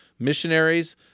Missionaries